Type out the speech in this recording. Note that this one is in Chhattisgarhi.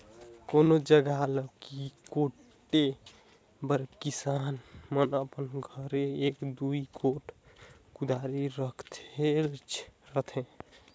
कोनोच जगहा ल कोड़े बर किसान मन अपन घरे एक दूई गोट कुदारी रखेच रहथे